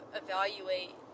evaluate